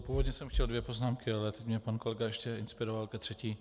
Původně jsem chtěl dvě poznámky, ale teď mě pan kolega ještě inspiroval ke třetí.